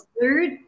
third